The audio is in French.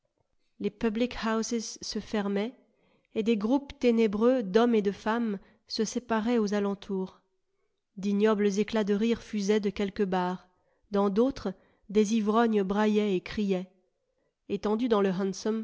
les public houses se fermaient et des groupes ténébreux d'hommes et de femmes se séparaient aux alentours d'ignobles éclats de rire fusaient de quelques bars dans d'autres des ivrognes braillaient et criaient etendu dans le